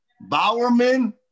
Bowerman